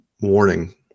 warning